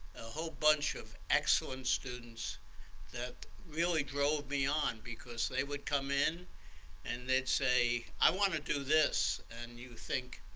whole bunch of excellent students that really drove me on, because they would come in and they'd say, i want to do this. and you think,